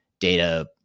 Data